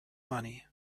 money